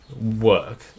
work